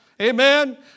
Amen